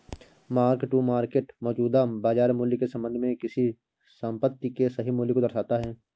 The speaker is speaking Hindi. मार्क टू मार्केट मौजूदा बाजार मूल्य के संबंध में किसी संपत्ति के सही मूल्य को दर्शाता है